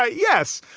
ah yes.